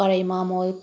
कराहीमा म